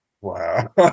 Wow